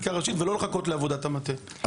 לזה.